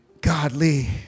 godly